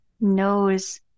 knows